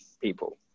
people